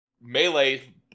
melee